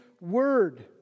word